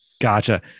gotcha